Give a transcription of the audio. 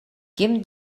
ким